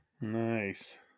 Nice